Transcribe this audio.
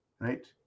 right